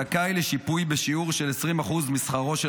זכאי לשיפוי בשיעור של 20% משכרו של